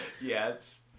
yes